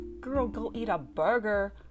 girl-go-eat-a-burger